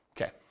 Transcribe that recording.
Okay